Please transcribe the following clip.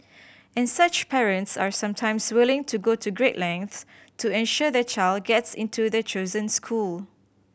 and such parents are sometimes willing to go to great lengths to ensure their child gets into their chosen school